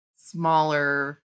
smaller